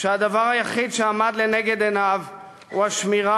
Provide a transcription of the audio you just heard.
שהדבר היחיד שעומד לנגד עיניו הוא השמירה